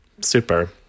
Super